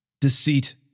deceit